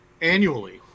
annually